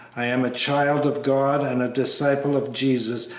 i am a child of god and a disciple of jesus,